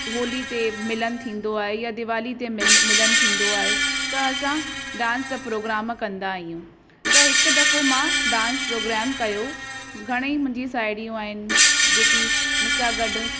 होली ते मिलन थींदो आहे या दिवाली ते मिलन मिलन थींदो आहे त असां डांस जा प्रोग्राम कंदा आहियूं त हिकु दफ़ो मां डांस प्रोग्राम कयो घणेई मुंहिंजी साहेड़ियूं आहिनि जेकी मूंसां गॾु